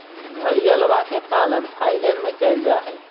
घड़ियलवा के पालन थाईलैंड में कइल जाहई